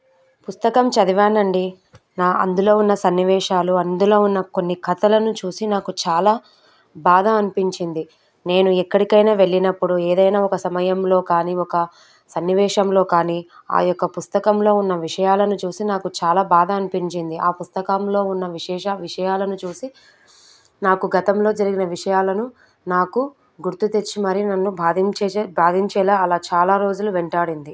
పుస్తకం చదివాను అండి నా అందులో ఉన్న సన్నివేశాలు అందులో ఉన్న కొన్ని కథలను చూసి నాకు చాలా బాధ అనిపించింది నేను ఎక్కడికైనా వెళ్ళినప్పుడు ఏదైనా ఒక సమయంలో కానీ ఒక సన్నివేశంలో కానీ ఆ యొక్క పుస్తకంలో ఉన్న విషయాలను చూసి నాకు చాలా బాధ అనిపించింది ఆ పుస్తకంలో ఉన్న విశేష విషయాలను చూసి నాకు గతంలో జరిగిన విషయాలను నాకు గుర్తు తెచ్చి మరీ నన్ను బాధించేసే బాధించేలాగ అలా చాలా రోజులు వెంటాడింది